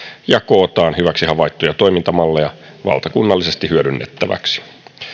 ja kootaan hyväksi havaittuja toimintamalleja valtakunnallisesti hyödynnettäväksi